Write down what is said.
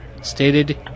stated